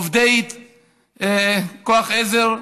עובדי כוח עזר,